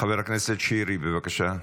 חבר הכנסת שירי, בבקשה.